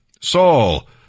Saul